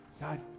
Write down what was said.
God